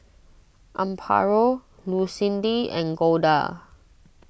Amparo Lucindy and Golda